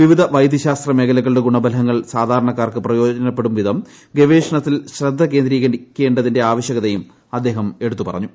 വിവിധ വൈദ്യശാസ്ത്ര മേഖലകളുടെ ഗുണ ഫലങ്ങൾ സാധാരണക്കാർക്ക് പ്രയോജനപ്പെടുംവിധം ഗവേഷണത്തിൽ ശ്രദ്ധ കേന്ദ്രീകരിക്കേണ്ടതിന്റെ ആവശ്യകതയും അദ്ദേഹം എടുത്തു പറഞ്ഞു